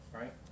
right